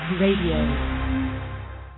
Radio